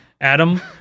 Adam